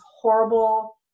horrible